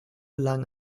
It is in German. lang